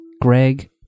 Greg